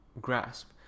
grasp